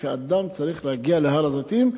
כשאדם צריך להגיע להר-הזיתים,